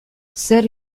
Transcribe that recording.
zer